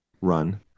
run